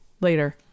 later